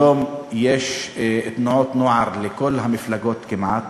היום יש תנועות נוער לכל המפלגות כמעט.